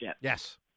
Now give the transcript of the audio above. Yes